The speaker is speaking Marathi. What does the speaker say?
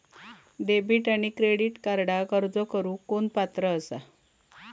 डेबिट आणि क्रेडिट कार्डक अर्ज करुक कोण पात्र आसा?